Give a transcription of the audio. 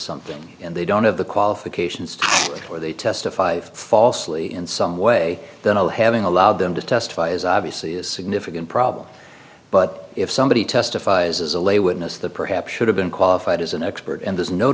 something and they don't have the qualifications or they testify falsely in some way that all having allowed them to testify is obviously a significant problem but if somebody testifies as a lay witness that perhaps should have been qualified as an expert and there's no